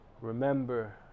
Remember